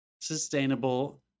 sustainable